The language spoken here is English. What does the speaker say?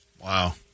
Wow